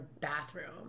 bathroom